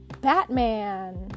Batman